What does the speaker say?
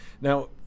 Now